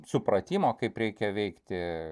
supratimo kaip reikia veikti